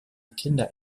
kinder